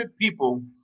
people